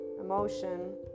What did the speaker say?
emotion